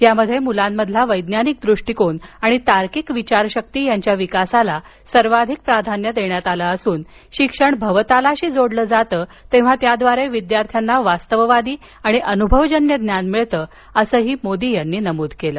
यामध्ये मुलांमधील वैज्ञानिक दृष्टीकोन आणि तार्किक विचारशक्ती यांच्या विकासाला सर्वाधिक प्राधान्य देण्यात आलं असून शिक्षण भवतालाशी जोडलं जातं तेव्हा त्याद्वारे विद्यार्थ्यांना वास्तववादी आणि अनुभवजन्य ज्ञान मिळत असंही मोदी यांनी नमूद केलं